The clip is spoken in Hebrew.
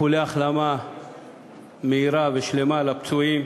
איחולי החלמה מהירה ושלמה לפצועים,